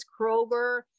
Kroger